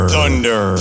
Thunder